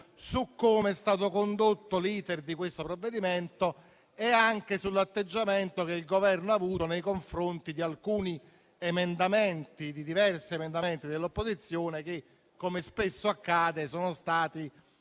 su come è stato condotto l'*iter* del provvedimento e anche sull'atteggiamento che il Governo ha avuto nei confronti di diversi emendamenti dell'opposizione che, come spesso accade, sono stati